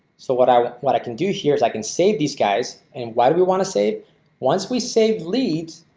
so what i what what i can do here is i can save these guys and why do we want to save once we save lead?